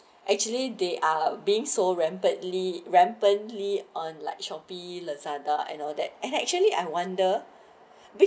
actually they are being so rapidly rapidly like shopee lazada and all that and actually I wonder be